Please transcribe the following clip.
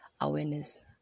awareness